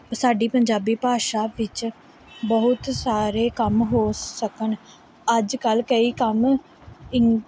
ਸਾਡੀ ਪੰਜਾਬੀ ਭਾਸ਼ਾ ਵਿੱਚ ਬਹੁਤ ਸਾਰੇ ਕੰਮ ਹੋ ਸਕਣ ਅੱਜ ਕੱਲ ਕਈ ਕੰਮ ਇੰਗ